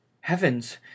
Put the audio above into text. Heavens